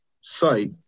site